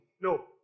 No